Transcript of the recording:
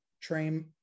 train